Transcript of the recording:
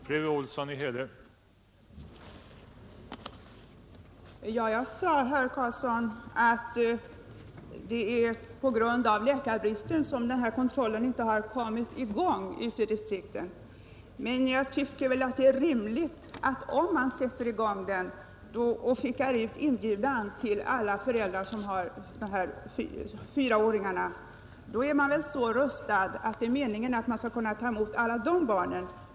Herr talman! Jag sade, herr Karlsson, att det är på grund av läkarbristen som kontrollen inte har kommit i gång ute i distrikten. Men om man kommer i gång och skickar ut en inbjudan till föräldrar med fyraåringar, då är det väl meningen att man skall vara rustad för att ta emot alla barnen?